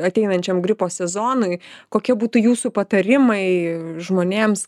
ateinančiam gripo sezonui kokie būtų jūsų patarimai žmonėms